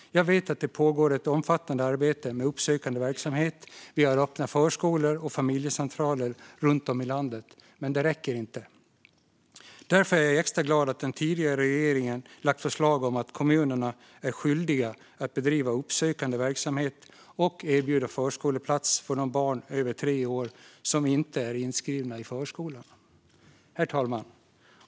Jag vet att det pågår ett omfattande arbete med uppsökande verksamhet, öppna förskolor och familjecentraler runt om i landet, men det räcker inte. Därför är jag extra glad att den tidigare regeringen lagt förslag om att kommunerna är skyldiga att bedriva uppsökande verksamhet och att erbjuda förskoleplats för de barn över tre år som inte är inskrivna i förskolan.